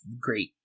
great